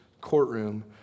courtroom